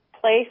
place